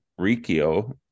Rikio